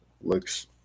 looks